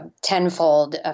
tenfold